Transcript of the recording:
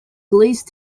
glazed